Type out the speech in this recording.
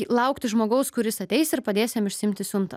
laukti žmogaus kuris ateis ir padės jam išsiimti siuntą